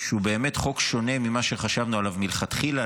שהוא באמת חוק שונה ממה שחשבנו עליו מלכתחילה,